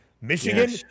Michigan